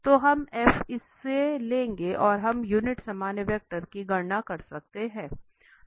तो हम f इसे लेंगे और हम यूनिट सामान्य वेक्टर की गणना कर सकते हैं